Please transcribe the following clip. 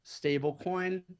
stablecoin